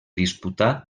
disputà